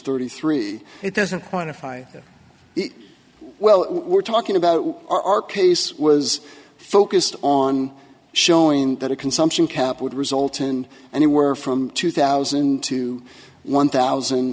thirty three it doesn't want to fly well we're talking about our case was focused on showing that a consumption cap would result in anywhere from two thousand to one thousand